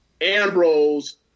Ambrose